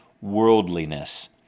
worldliness